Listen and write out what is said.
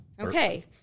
Okay